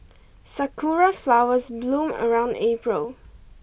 sakura flowers bloom around April